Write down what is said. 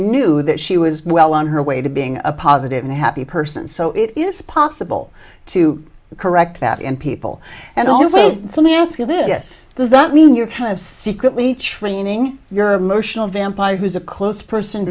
knew that she was well on her way to being a positive and happy person so it is possible to correct that in people and also some ask you this does that mean you're kind of secretly training your emotional vampire who's a close person